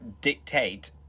dictate